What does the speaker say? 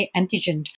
antigen